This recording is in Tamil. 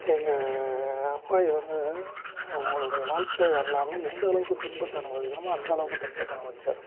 எங்கள் அப்பாயி வந்து அவங்களுடைய வாழ்க்கை வரலாறில் எந்தளவுக்கு துன்பத்தை அனுபவிக்கணுமோ அந்தளவுக்கு துன்பத்தை அனுபவிச்சார்